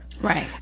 right